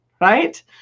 right